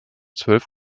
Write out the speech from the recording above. zwölf